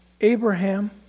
Abraham